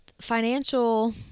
financial